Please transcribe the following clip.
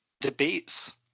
debates